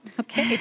okay